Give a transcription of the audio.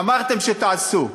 אמרתם שתעשו,